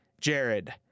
Jared